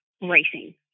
racing